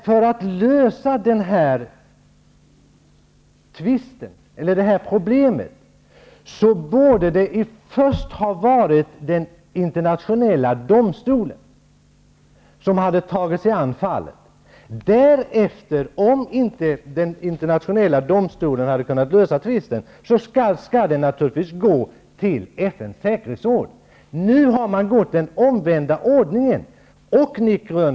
För att lösa den här tvisten, eller det här problemet, borde först Internationella domstolen ha tagit sig an fallet. Om inte Internationella domstolen hade kunnat lösa tvisten, skall ärendet naturligtvis gå till FN:s säkerhetsråd. Nu har man tagit den omvända ordningen.